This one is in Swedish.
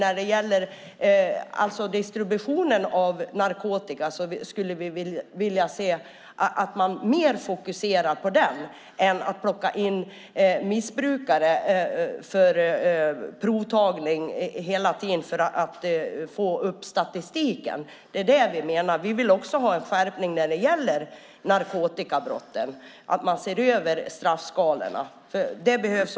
Vi vill att man fokuserar mer på distributionen i stället för att hela tiden plocka in missbrukare för provtagning för att få upp statistiken. Även vi vill ha en skärpning av narkotikabrotten och en översyn av straffskalorna.